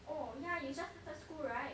oh ya you just started school right